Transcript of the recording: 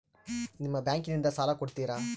ನಿಮ್ಮ ಬ್ಯಾಂಕಿನಿಂದ ಸಾಲ ಕೊಡ್ತೇರಾ?